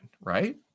right